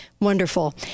Wonderful